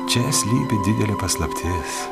čia slypi didelė paslaptis